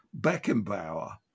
Beckenbauer